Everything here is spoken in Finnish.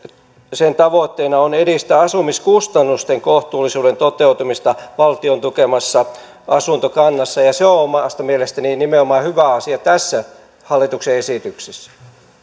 esityksen tavoitteena on edistää asumiskustannusten kohtuullisuuden toteutumista valtion tukemassa asuntokannassa ja se on omasta mielestäni nimenomaan hyvä asia tässä hallituksen esityksessä